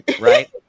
right